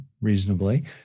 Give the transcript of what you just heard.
reasonably